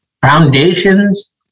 foundations